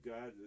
God